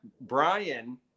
Brian